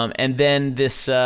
um and then this,